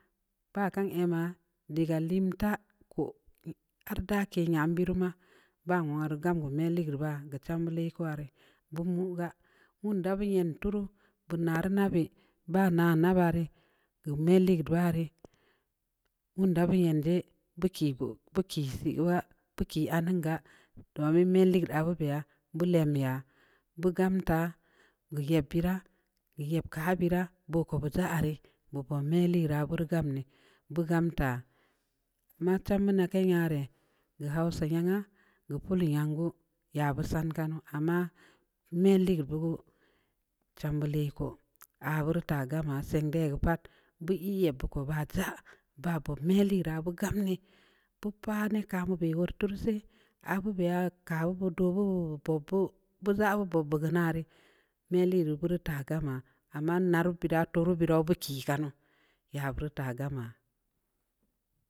Ba kan ii ma də ga lom ta ko arda kə nyan bəru ma ba warun gue me le girma gue chambə leka arre bum manga wande buye tuuru bam naru nabə ba na na bwarə gum nə le ware gun da bu yan jea buki go buki sii wa buki a nuun ga domin mii lii da baba bu lom ya bugam ta gue ye bəra yeb ka bəra boko bata are boko mii le ra bur gam nii bugam ta ma chamba mu na kan nyare gue hausa nya nga gue pulii yan gue yaba san kun nu ama mii lii dugue chambə leko a war bu gamina siin bugae pat bə ii yə buku ba taa ba buup me lii ra bu gam nii buu paa bə bəra wu tur sa'ay a buu buu ya ka wu bu do wabuwa buu buo bu za ru buubu buo narəa mii lii re vurta gamma aman naru bəra tuaru bəra buki ka nuu nya bur ta gamma.